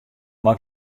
mei